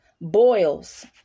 Boils